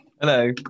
Hello